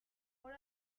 por